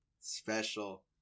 special